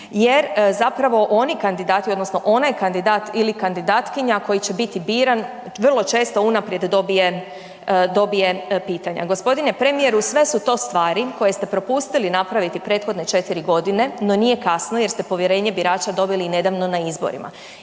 jer zapravo oni kandidati odnosno onaj kandidat ili kandidatkinja koji će biti biran vrlo često unaprijed dobije, dobije pitanja. Gospodine premijeru, sve su to stvari koje ste propustili napraviti prethodne 4.g., no nije kasno jer ste povjerenje birača dobili nedavno na izborima.